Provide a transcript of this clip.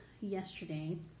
yesterday